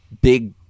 big